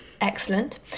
Excellent